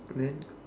and then